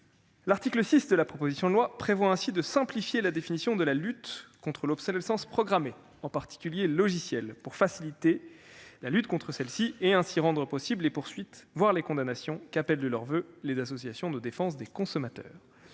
L'article 6 de la proposition de loi prévoit ainsi de simplifier la définition de la lutte contre l'obsolescence programmée, en particulier logicielle, pour faciliter la lutte contre celle-ci et ainsi rendre possibles les poursuites, voire les condamnations, qu'appellent de leurs voeux les associations de défense des consommateurs.